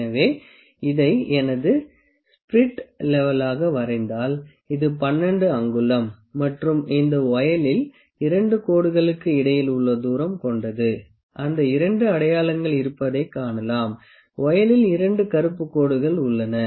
எனவே இதை எனது ஸ்பிரிட் லெவலாக வரைந்தால் இது 12 அங்குலம் மற்றும் இந்த வொயில் 2 கோடுகளுக்கு இடையில் உள்ள தூரம் கொண்டது அந்த 2 அடையாளங்கள் இருப்பதைக் காணலாம் வொயிலில் 2 கருப்பு கோடுகள் உள்ளன